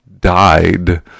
died